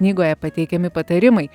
knygoje pateikiami patarimai